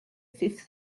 fifth